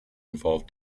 involve